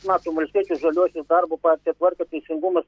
matom valstiečius žaliuosius darbo partiją tvarką teisingumas